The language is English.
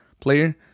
player